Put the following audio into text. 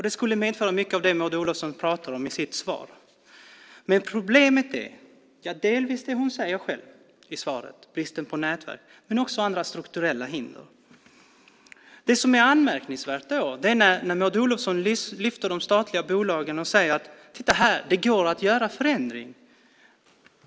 Det skulle medföra mycket av det som Maud Olofsson pratar om i sitt svar. Problemet är delvis det hon säger själv i svaret, bristen på nätverk, men också andra strukturella hinder. Det som är anmärkningsvärt är då när Maud Olofsson lyfter fram de statliga bolagen och säger: Titta här, det går att göra en förändring!